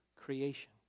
creation